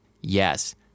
Yes